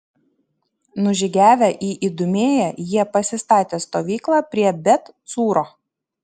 nužygiavę į idumėją jie pasistatė stovyklą prie bet cūro